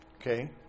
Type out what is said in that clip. Okay